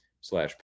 slash